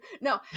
No